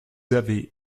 avez